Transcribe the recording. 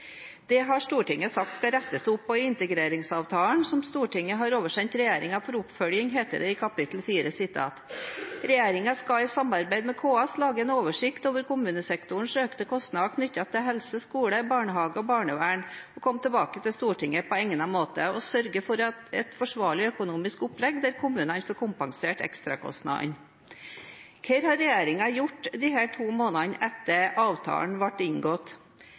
Det har Stortinget sagt det skal rettes opp i, og i integreringsavtalen som Stortinget har oversendt regjeringen for oppfølging, heter det i kapittel 4: «Regjeringen skal, i samarbeid med KS, lage en oversikt over kommunesektorens økte kostnader knyttet til helse, skole, barnehage og barnevern mv., og komme tilbake til Stortinget på egnet måte samt sørge for et forsvarlig økonomisk opplegg der kommunene får kompensert for sine ekstrakostnader.» Hva har regjeringen gjort disse to månedene etter at avtalen ble inngått?